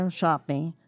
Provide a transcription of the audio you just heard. shopping